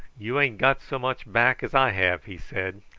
you ain't got so much back as i have, he said,